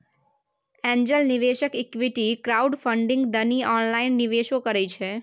angel निवेशक equity crowdfunding दनी online निवेशो करइ छइ